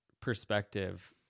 perspective